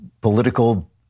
political